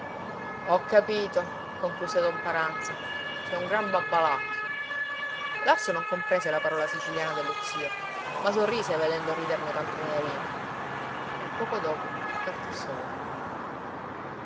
ho capito concluse don paranza sei un gran babbalacchio lars non comprese la parola siciliana dello zio ma sorrise vedendo riderne tanto venerina e poco dopo partí solo